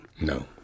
No